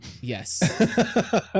Yes